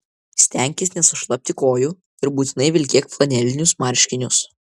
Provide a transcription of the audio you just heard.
stenkis nesušlapti kojų ir būtinai vilkėk flanelinius marškinius